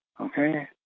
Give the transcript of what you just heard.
okay